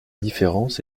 différence